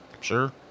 Sure